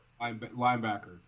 linebacker